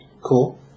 Cool